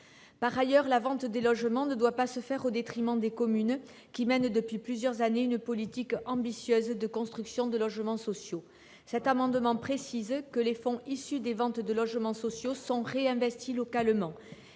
Par ailleurs, la vente des logements ne doit pas se faire au détriment des communes qui mènent depuis plusieurs années une politique ambitieuse de construction de logements sociaux. Il s'agit donc de préciser que les fonds issus des ventes de logements sociaux sont réinvestis localement,